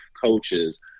coaches